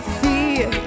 fear